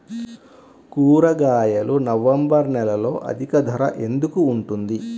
కూరగాయలు నవంబర్ నెలలో అధిక ధర ఎందుకు ఉంటుంది?